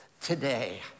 today